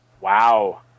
Wow